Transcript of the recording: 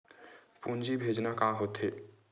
पूंजी भेजना का होथे?